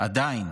עדיין